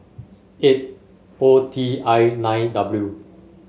eight O T I nine W